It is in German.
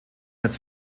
als